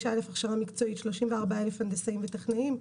45,000 הכשרה מקצועית, 34,000 הנדסאים וטכנאים.